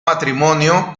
matrimonio